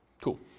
Cool